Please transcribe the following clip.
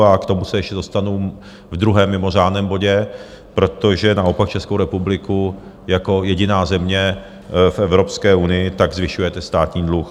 K tomu se ještě dostanu v druhém mimořádném bodě, protože naopak Českou republiku, jako jediná země v Evropské unii zvyšujete státní dluh.